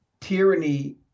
tyranny